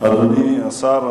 אדוני השר,